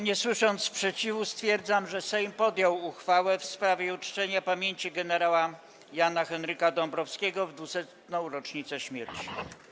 Nie słysząc sprzeciwu, stwierdzam, że Sejm podjął uchwałę w sprawie uczczenia pamięci gen. Jana Henryka Dąbrowskiego w 200. rocznicę śmierci.